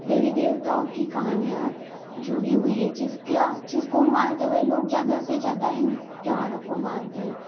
देवी देवताओं की कहानियाँ जुड़ी हुई है जिसका जिसको मानते हुए लोग ज़्यादा से ज़्यादा इन त्योहारों को मानते हैं